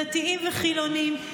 דתיים וחילונים,